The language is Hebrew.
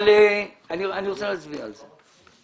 אבל אני רוצה להצביע על זה.